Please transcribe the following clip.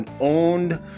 owned